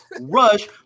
rush